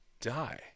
die